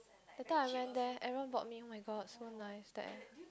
that time I went there Aaron bought me oh-my-god so nice there